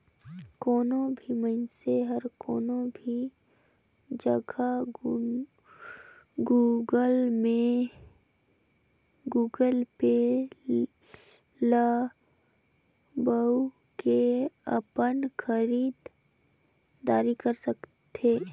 कोनो भी मइनसे हर कोनो भी जघा गुगल पे ल बउ के अपन खरीद दारी कर सकथे